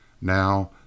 Now